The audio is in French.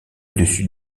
dessus